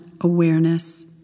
awareness